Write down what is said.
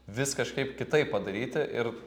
vis kažkaip kitaip padaryti ir